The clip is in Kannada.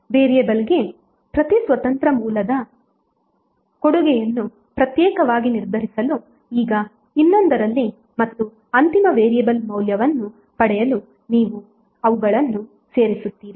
ವೇರಿಯೇಬಲ್ಗೆ ಪ್ರತಿ ಸ್ವತಂತ್ರ ಮೂಲದ ಕೊಡುಗೆಯನ್ನು ಪ್ರತ್ಯೇಕವಾಗಿ ನಿರ್ಧರಿಸಲು ಈಗ ಇನ್ನೊಂದರಲ್ಲಿ ಮತ್ತು ಅಂತಿಮ ವೇರಿಯಬಲ್ ಮೌಲ್ಯವನ್ನು ಪಡೆಯಲು ನೀವು ಅವುಗಳನ್ನು ಸೇರಿಸುತ್ತೀರಿ